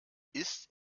ist